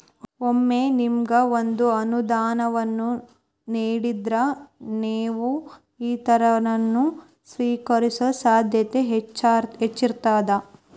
ಒಮ್ಮೆ ನಿಮಗ ಒಂದ ಅನುದಾನವನ್ನ ನೇಡಿದ್ರ, ನೇವು ಇತರರನ್ನ, ಸ್ವೇಕರಿಸೊ ಸಾಧ್ಯತೆ ಹೆಚ್ಚಿರ್ತದ